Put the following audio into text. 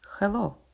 hello